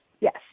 yes